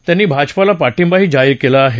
त्यांनी भाजपाला पाठिंबाही जाहीर केला आहे